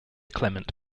clement